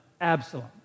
Absalom